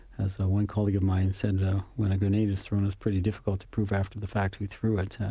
as ah one colleague of mine said and when a grenade is thrown it's pretty difficult to prove after the fact who threw it,